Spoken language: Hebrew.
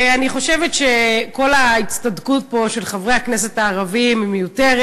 אני חושבת שכל ההצטדקות פה של חברי הכנסת הערבים מיותרת.